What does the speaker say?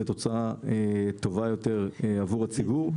לתוצאה טובה יותר עבור הציבור,